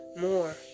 more